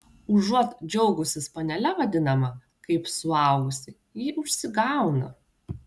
užuot džiaugusis panele vadinama kaip suaugusi ji užsigauna